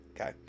okay